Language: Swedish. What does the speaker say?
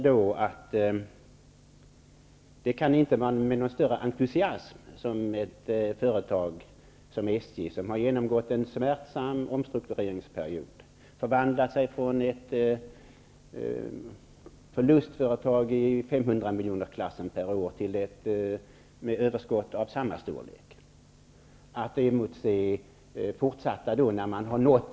Det kan inte vara med någon större entusiasm som man i ett företag som SJ, där man har gått igenom en smärtsam omstruktureringsperiod, och där företaget har förvandlats från ett förlustföretag i 500-miljonersklassen per år till ett företag med överskott i samma storleksordning, emotser att utsättas för hård konkurrens.